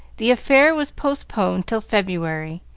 the affair was postponed till february,